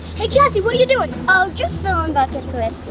hey, jazzy, what are you doing? oh, just filling buckets with